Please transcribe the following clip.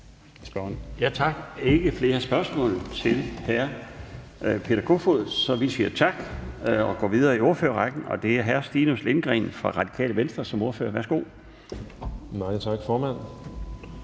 Der er ikke flere spørgsmål til hr. Peter Kofod, så vi siger tak og går videre i ordførerrækken, og det er hr. Stinus Lindgreen fra Radikale Venstre. Værsgo. Kl. 17:26 (Ordfører)